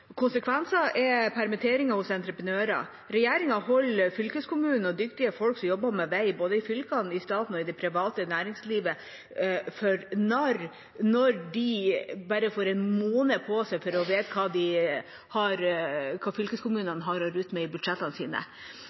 er permitteringer hos entreprenører. Regjeringa holder fylkeskommunene og dyktige folk som jobber med vei, både i fylkene, i staten og i det private næringslivet, for narr når de får bare en måned på seg til å vite hva fylkeskommunene har å rutte med i budsjettene sine.